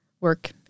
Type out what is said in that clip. work